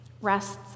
rests